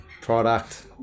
product